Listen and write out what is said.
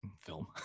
film